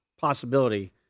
possibility